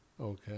Okay